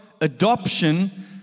adoption